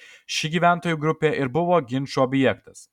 ši gyventojų grupė ir buvo ginčų objektas